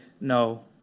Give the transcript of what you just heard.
No